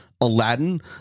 aladdin